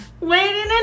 Waiting